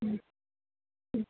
ம் ம்